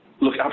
Look